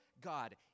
God